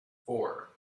four